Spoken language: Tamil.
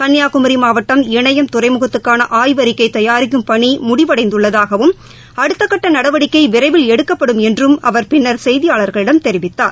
கள்ளியாகுமரி மாவட்டம் இணையம் துறைமுகத்துக்கான ஆய்வறிக்கை தயாரிக்கும் பணி முடிவடைந்துள்ளதாகவும் அடுத்தக்கட்ட நடவடிக்கை விரைவில் எடுக்கப்படும் என்றும் அவர் பின்னர் செய்தியாளர்களிடம் தெரிவித்தார்